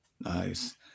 Nice